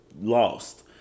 lost